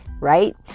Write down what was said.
right